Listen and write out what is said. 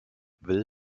will